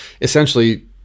essentially